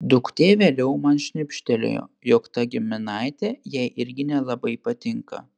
duktė vėliau man šnibžtelėjo jog ta giminaitė jai irgi nelabai patinka